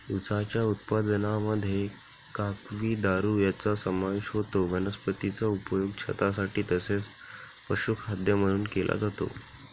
उसाच्या उत्पादनामध्ये काकवी, दारू यांचा समावेश होतो वनस्पतीचा उपयोग छतासाठी तसेच पशुखाद्य म्हणून केला जातो